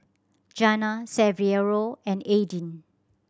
Jana Saverio and Aidyn